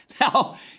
now